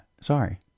sorry